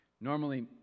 Normally